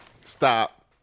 Stop